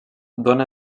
dóna